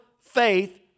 faith